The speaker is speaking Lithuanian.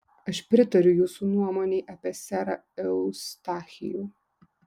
aš pritariu jūsų nuomonei apie serą eustachijų